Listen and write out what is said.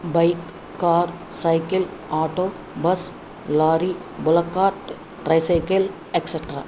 bike car cycle auto bus lorry bullock cart tricycle etcetera